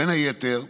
בין היתר,